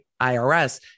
IRS